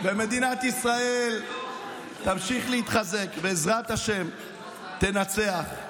ומדינת ישראל תמשיך להתחזק, ובעזרת השם תנצח.